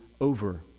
over